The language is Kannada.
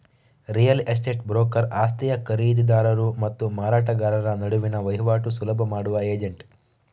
ರಿಯಲ್ ಎಸ್ಟೇಟ್ ಬ್ರೋಕರ್ ಆಸ್ತಿಯ ಖರೀದಿದಾರರು ಮತ್ತು ಮಾರಾಟಗಾರರ ನಡುವಿನ ವೈವಾಟು ಸುಲಭ ಮಾಡುವ ಏಜೆಂಟ್